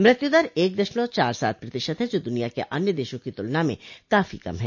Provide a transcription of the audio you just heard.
मृत्युदर एक दशमलव चार सात प्रतिशत है जो दुनिया के अन्य देशों की तुलना में काफो कम है